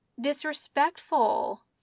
disrespectful